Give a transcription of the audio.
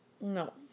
No